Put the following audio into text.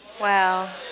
Wow